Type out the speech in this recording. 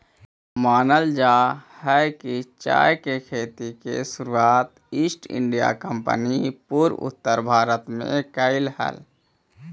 मानल जा हई कि चाय के खेती के शुरुआत ईस्ट इंडिया कंपनी पूर्वोत्तर भारत में कयलई हल